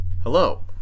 Hello